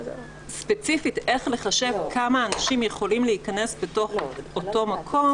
ספציפית איך לחשב כמה אנשים יכולים להיכנס בתוך אותו מקום,